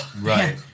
Right